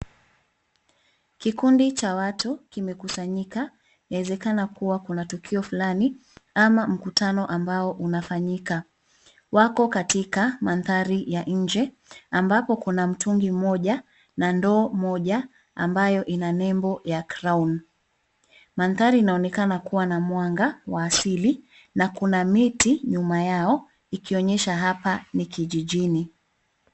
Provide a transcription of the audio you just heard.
Kikundi cha watu kimekusanyika, inawezekana kuwa kuna tukio flani ama mkutano ambao unafanyika. Wako katika mandhari ya nje ambako kuna mtungi moja na ndoo moja ambayo ina nembo ya Crown. Mandhari inaonekana kuwa na mwanga wa asili na kuna miti nyuma yao ikionyesha hapa ni kijijini.